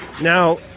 now